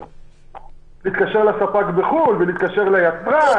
להתקשר לספק בחו"ל, להתקשר ליצרן.